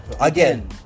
again